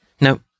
Now